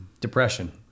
Depression